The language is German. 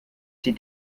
sie